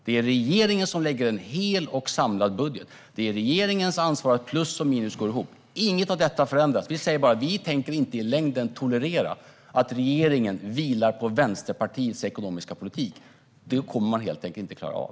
Det är regeringen som lägger en hel och samlad budget. Det är regeringens ansvar att plus och minus går ihop. Inget av detta har förändrats. Vi säger bara att vi i längden inte tänker tolerera att regeringen vilar på Vänsterpartiets ekonomiska politik. Det kommer man helt enkelt inte att klara av.